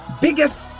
biggest